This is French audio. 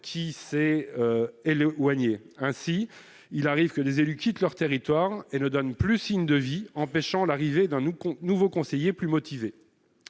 et est ou a nié, ainsi il arrive que des élus quittent leur territoire et ne donne plus signe de vie, empêchant l'arrivée d'un ou compte nouveau conseiller plus motivés,